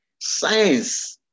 science